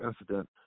incident